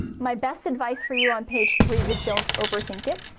my best advice for you on page three is don't over-think it.